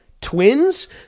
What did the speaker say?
twins